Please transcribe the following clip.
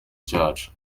cyacu